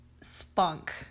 spunk